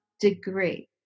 degree